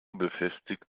befestigt